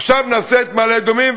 עכשיו נעשה את מעלה-אדומים,